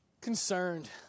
concerned